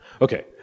Okay